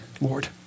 Lord